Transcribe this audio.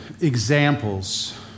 examples